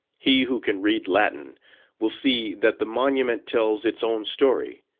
he who can read latin will see that the monument tells its own story,